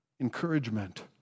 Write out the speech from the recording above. encouragement